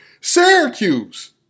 Syracuse